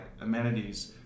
amenities